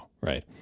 right